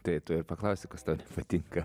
tai tu ir paklausi kas tau patinka